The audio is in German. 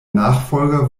nachfolger